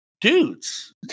dudes